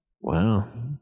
Wow